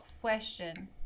question